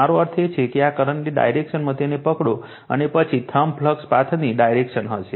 મારો અર્થ છે કે આ કરંટની ડાયરેક્શનમાં તેને પકડો અને પછી આ થંબ ફ્લક્સ પાથની ડાયરેક્શન હશે